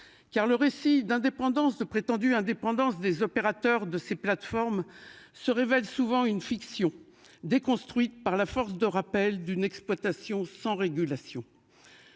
Car le récit d'indépendance de prétendue indépendance des opérateurs de ces plateformes. Se révèle souvent une fiction déconstruite par la force de rappel d'une exploitation sans régulation.